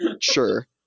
sure